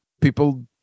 People